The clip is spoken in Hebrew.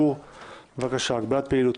(הגבלת פעילות).